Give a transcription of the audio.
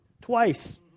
twice